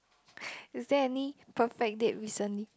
is there any perfect date recently